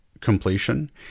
completion